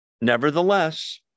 nevertheless